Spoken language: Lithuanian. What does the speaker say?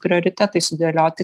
prioritetai sudėlioti